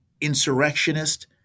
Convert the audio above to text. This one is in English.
insurrectionist